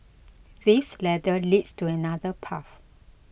this ladder leads to another path